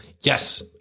Yes